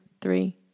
three